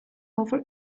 over